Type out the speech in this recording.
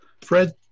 Fred